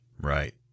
Right